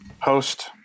host